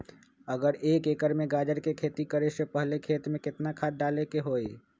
अगर एक एकर में गाजर के खेती करे से पहले खेत में केतना खाद्य डाले के होई?